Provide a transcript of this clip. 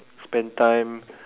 spent time